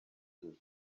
his